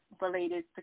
related